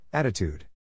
Attitude